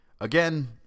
again